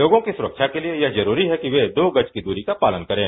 लोगों की सुरक्षा के लिए यह जरूरी है कि वे दो गज की दूरी का पालन करें